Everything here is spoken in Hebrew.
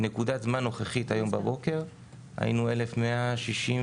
בנקודת זמן נוכחית הבוקר יש לנו 1,167